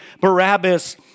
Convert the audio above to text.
Barabbas